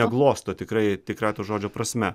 ne glosto tikrai tikraja to žodžio prasme